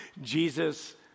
Jesus